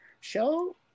Show